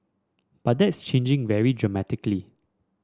but that's changing very dramatically